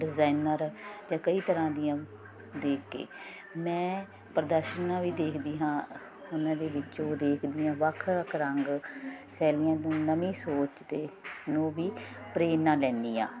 designer ਕਈ ਤਰ੍ਹਾਂ ਦੀਆਂ ਦੇਖ ਕੇ ਮੈਂ ਪ੍ਰਦਰਸ਼ਨਾਂ ਵੀ ਦੇਖਦੀ ਹਾਂ ਉਹਨਾਂ ਦੇ ਵਿੱਚੋਂ ਦੇਖਦੀ ਹਾਂ ਵੱਖ ਵੱਖ ਰੰਗ ਸ਼ੈਲੀਆਂ ਨੂੰ ਨਵੀਂ ਸੋਚ ਅਤੇ ਉਹ ਵੀ ਪ੍ਰੇਰਨਾ ਲੈਂਦੀ ਆ